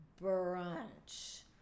Brunch